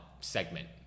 segment